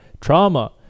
Trauma